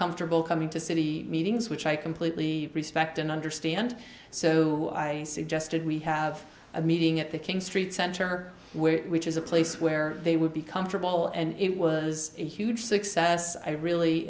comfortable coming to city meetings which i completely respect and understand so i suggested we have a meeting at the king street center where which is a place where they would be comfortable and it was a huge success i really